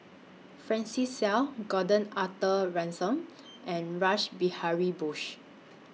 Francis Seow Gordon Arthur Ransome and Rash Behari Bose